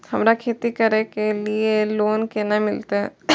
हमरा खेती करे के लिए लोन केना मिलते?